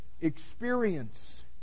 experience